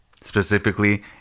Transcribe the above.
Specifically